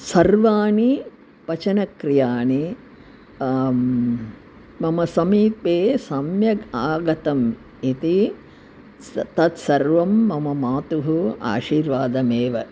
सर्वाणि पचनक्रियाणि मम समीपे सम्यक् आगतम् इति स् तत्सर्वं मम मातुः आशीर्वादमेव